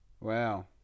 Wow